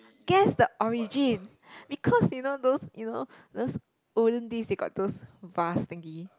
guess the origin because you know those you know those olden days they got those vase thingy